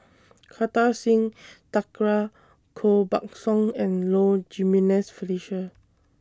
Kartar Singh Thakral Koh Buck Song and Low Jimenez Felicia